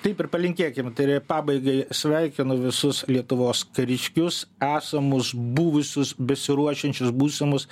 taip ir palinkėkim tai yra pabaigai sveikinu visus lietuvos kariškius esamus buvusius besiruošiančius būsimus